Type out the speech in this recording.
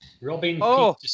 Robin